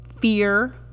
fear